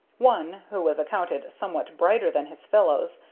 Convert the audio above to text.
one, who was accounted somewhat brighter than his fellows,